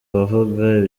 bavuga